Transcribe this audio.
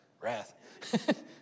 Wrath